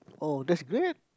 oh that's great